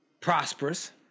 prosperous